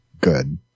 good